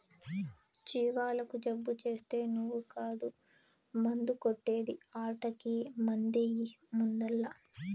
జీవాలకు జబ్బు చేస్తే నువ్వు కాదు మందు కొట్టే ది ఆటకి మందెయ్యి ముందల్ల